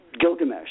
Gilgamesh